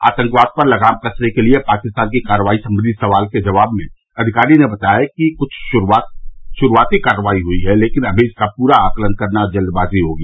आतंकवाद पर लगाम कसने के लिए पाकिस्तान की कार्रवाई संबंधी सवाल के जवाब में अधिकारी ने बताया कि क्छ शुरूआती कार्रवाई हुई है लेकिन अभी इसका पूरा आकलन करना जल्दबाजी होगी